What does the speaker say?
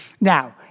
Now